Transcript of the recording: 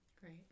Great